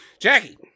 Jackie